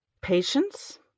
patience